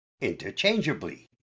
interchangeably